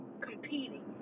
competing